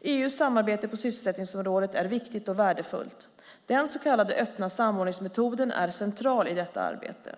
EU:s samarbete på sysselsättningsområdet är viktigt och värdefullt. Den så kallade öppna samordningsmetoden är central i detta arbete.